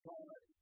God